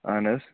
اَہَن حظ